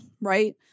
right